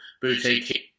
boutique